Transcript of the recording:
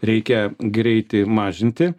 reikia greitį mažinti